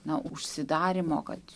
na užsidarymo kad